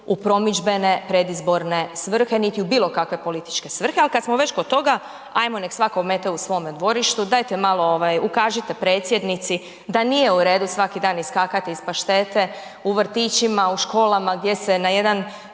u promidžbene predizborne svrhe, niti u bilo kakve političke svrhe, al kad smo već kod toga ajmo nek svatko omete u svome dvorištu, dajte malo ukažite predsjednici da nije u redu svaki dan iskakati iz paštete u vrtićima, u školama gdje se na jedan